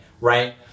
right